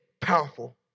powerful